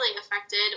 affected